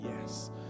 yes